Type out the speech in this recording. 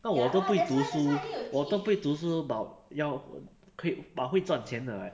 看我都不会读书我都不会读书 but 要 k~ but 会赚钱 [what]